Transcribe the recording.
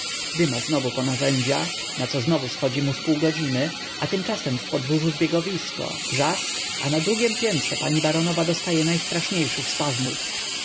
dyma znowu po narzędzia naco znowu schodzi mu zpół godziny a tymczasem w podwórzu zbiegowisko wrzask a na drugiem piętrze pani baronowa dostaje najstraszniejszych spazmów